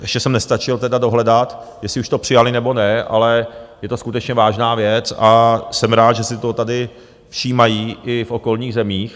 Ještě jsem nestačil teda dohledat, jestli už to přijali, nebo ne, ale je to skutečně vážná věc a jsem rád, že si toho tady všímají i v okolních zemích.